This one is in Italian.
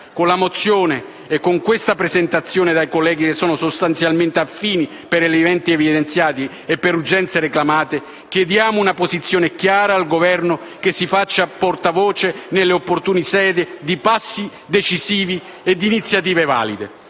Con la mozione - e con quelle presentate dai colleghi, che sono sostanzialmente affini per elementi evidenziati e per urgenze reclamate - chiediamo una posizione chiara al Governo che si faccia portavoce nelle opportune sedi di passi decisivi e di iniziative valide.